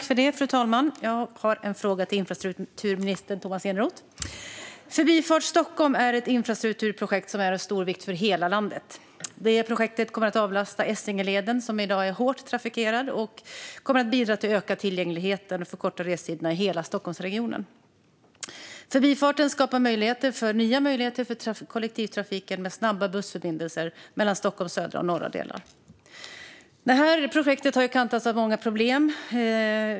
Fru talman! Jag har en fråga till infrastrukturminister Tomas Eneroth. Förbifart Stockholm är ett infrastrukturprojekt som är av stor vikt för hela landet. Projektet kommer att avlasta Essingeleden som i dag är hårt trafikerad och bidra till att öka tillgängligheten och förkorta restiderna i hela Stockholmsregionen. Förbifarten skapar nya möjligheter för kollektivtrafiken med snabba bussförbindelser mellan Stockholms södra och norra delar. Projektet har kantats av många problem.